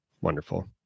wonderful